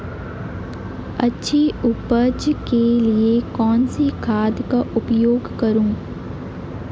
अच्छी उपज के लिए कौनसी खाद का उपयोग करूं?